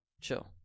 Chill